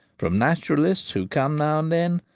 from naturalists who come now and then,